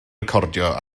recordio